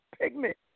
pigment